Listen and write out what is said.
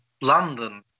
London